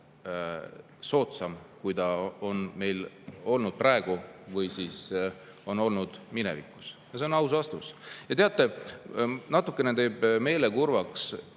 soodsam, kui ta on meil praegu või on olnud minevikus. See on aus vastus. Ja teate, natukene teeb meele kurvaks